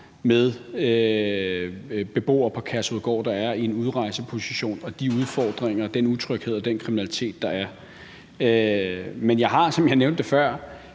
med beboere på Kærshovedgård, der er i en udrejseposition, og på de udfordringer, den utryghed og den kriminalitet, der er. Men jeg har, som jeg nævnte før,